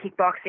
kickboxing